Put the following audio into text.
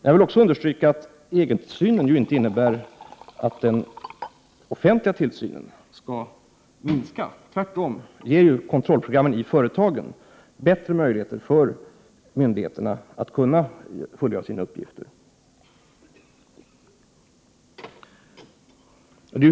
Jag vill också understryka att egentillsynen inte innebär att den offentliga tillsynen skall minska. Tvärtom ger kontrollprogrammen i företagen bättre möjligheter för myndigheterna att fullgöra sina uppgifter.